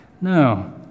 No